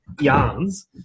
yarns